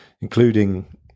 including